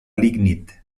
lignit